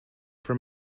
for